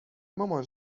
مامان